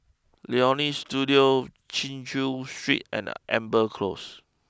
Leonie Studio Chin Chew Street and Amber close